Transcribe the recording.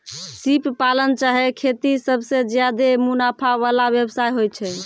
सिप पालन चाहे खेती सबसें ज्यादे मुनाफा वला व्यवसाय होय छै